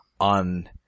on